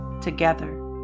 together